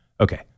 Okay